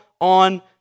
on